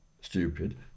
stupid